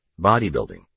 bodybuilding